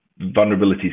vulnerabilities